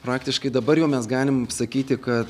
praktiškai dabar jau mes galime sakyti kad